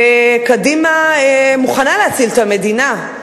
וקדימה מוכנה להציל את המדינה.